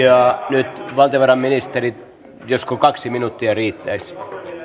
nyt valtiovarainministeri josko kaksi minuuttia riittäisi